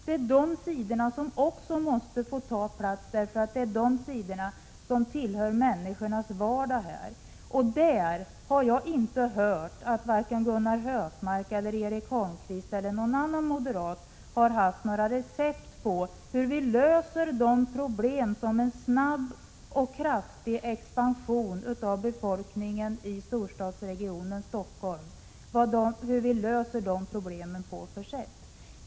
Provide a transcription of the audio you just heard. Det är de sidorna som också måste få ta plats, eftersom det är de som tillhör människornas vardag. Och här har jag inte hört att vare sig Gunnar Hökmark, Erik Holmkvist eller någon annan moderat har haft något recept på hur man skall kunna lösa de problem som en snabb och kraftig befolkningsexpansion i storstadsregionen Stockholm medför.